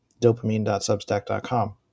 dopamine.substack.com